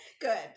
good